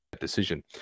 decision